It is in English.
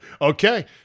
Okay